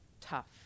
tough